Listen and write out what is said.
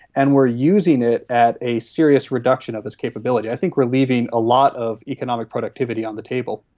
and we are using it at a serious reduction of its capability. i think we are leaving a lot of economic productivity on the table.